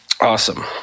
Awesome